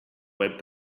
web